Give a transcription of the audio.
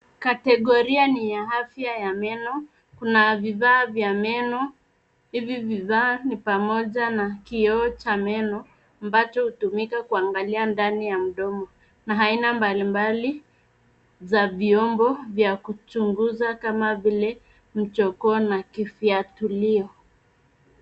Kategoria ni ya afya ya meno. Kuna vifaa vya meno. Hivi vifaa ni pamoja na kioo cha meno ambacho hutumika kuangalia ndani ya mdomo na aina mbalimbali za vyombo za kuchunguza kama vile mjogoo na kifyatulio.